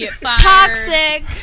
Toxic